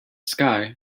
sky